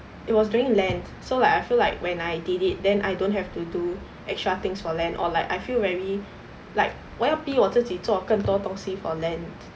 it was during lent so like I feel like when I did it then I don't have to do extra things for lent or like I feel very like 我要逼我自己做更多东西 for lent